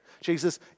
Jesus